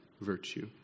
virtue